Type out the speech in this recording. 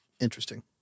Interesting